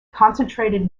concentrated